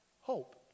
hope